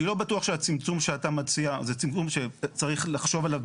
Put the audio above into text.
אני לא בטוח שהצמצום שאתה מציע זה צמצום שצריך לחשוב עליו,